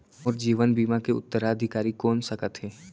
मोर जीवन बीमा के उत्तराधिकारी कोन सकत हे?